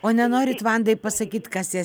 o nenorit vandai pasakyt kas ją